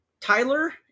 Tyler